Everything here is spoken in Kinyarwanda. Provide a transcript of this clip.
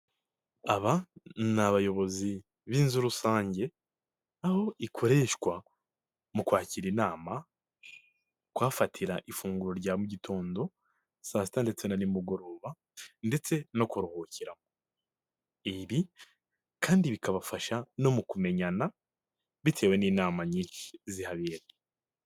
Aba ni abayobozi b'inzu rusange aho ikoreshwa mu kwakira inama, kuhafatira ifunguro rya mu gitondo saa sita ndetse na nimugoroba ndetse no kuruhukira aho, ibi kandi bikabafasha no mu kumenyana bitewe n'inama nyinshi zihabera.